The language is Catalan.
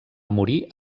morir